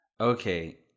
Okay